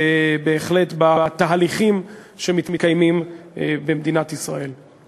בהחלט, בתהליכים שמתקיימים במדינת ישראל.